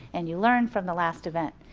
and you learn from the last event.